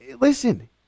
Listen